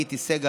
גיטי סגל,